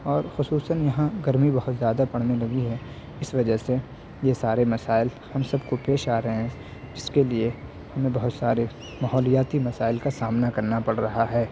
اور خصوصاً یہاں گرمی بہت زیادہ پڑنے لگی ہے اس وجہ سے یہ سارے مسائل ہم سب کو پیش آ رہے ہیں جس کے لیے ہمیں بہت سارے ماحولیاتی مسائل کا سامنا کرنا پڑ رہا ہے